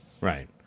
right